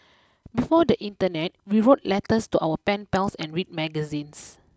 before the Internet we wrote letters to our pen pals and read magazines